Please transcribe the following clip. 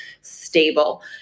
stable